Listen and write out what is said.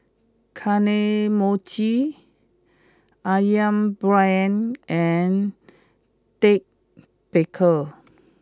Kane Mochi Ayam Brand and Ted Baker